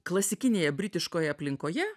klasikinėje britiškoje aplinkoje